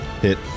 Hit